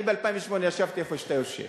אני, ב-2008, ישבתי איפה שאתה יושב